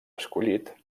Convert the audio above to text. escollit